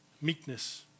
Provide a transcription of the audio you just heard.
meekness